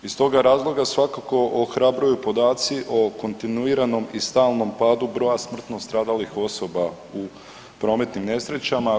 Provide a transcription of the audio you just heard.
I iz toga razloga svakako ohrabruju podaci o kontinuiranom i stalnom padu broja smrtno stradalih osoba u prometnim nesrećama.